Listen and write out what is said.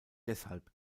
deshalb